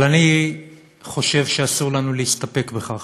אבל אני חושב שאסור לנו להסתפק בכך,